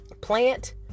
Plant